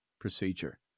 procedure